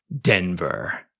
Denver